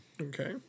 Okay